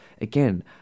Again